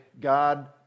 God